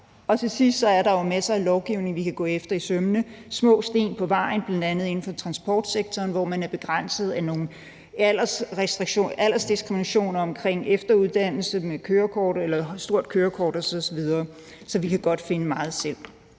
Til sidst er der jo masser af lovgivning, vi kan gå efter i sømmene. Små sten på vejen, bl.a. inden for transportsektoren, hvor man er begrænset af noget aldersdiskrimination omkring efteruddannelse i forbindelse med kørekort og stort kørekort osv. Så vi kan godt herinde finde meget selv.